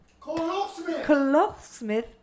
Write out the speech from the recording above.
Clothsmith